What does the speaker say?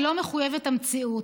היא לא מחויבת המציאות.